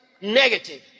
negative